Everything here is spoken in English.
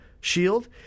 Shield